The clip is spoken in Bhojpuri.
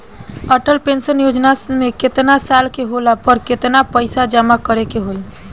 अटल पेंशन योजना मे केतना साल के होला पर केतना पईसा जमा करे के होई?